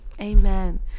Amen